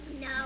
No